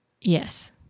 Yes